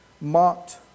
mocked